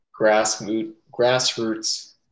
grassroots